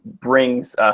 brings